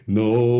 no